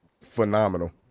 phenomenal